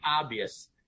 obvious